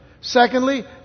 Secondly